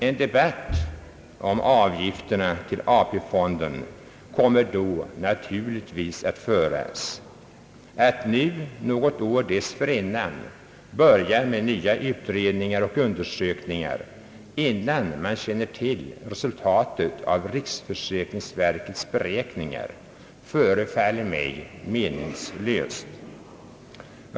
En debatt om avgifterna till AP-fonden kommer då naturligtvis att föras. Att nu något år dessförinnan börja med nya utredningar och undersökningar, innan man känner till resultatet av riksförsäkringsverkets beräkningar, förefaller mig meningslöst.